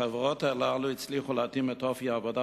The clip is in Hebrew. בחברות האלה הצליחו להתאים את אופי העבודה